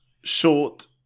short